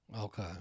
okay